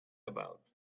about